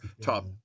top